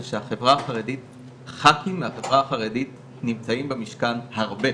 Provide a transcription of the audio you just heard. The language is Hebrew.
זה שח"כים מהחברה החרדית נמצאים במשכן הרבה,